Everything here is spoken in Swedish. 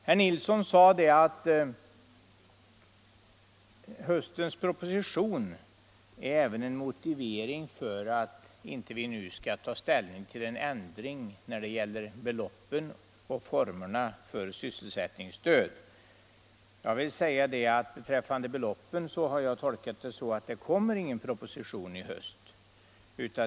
Herr Nilsson sade att den proposition som väntas till hösten är en motivering för att riksdagen nu inte skall ta ställning till en ändring när det gäller beloppen och formerna för sysselsättningsstöd. Beträffande beloppen har jag tolkat det så att det inte kommer någon proposition i höst.